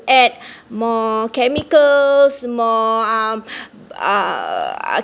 add more chemicals more um err